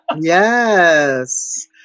Yes